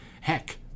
heck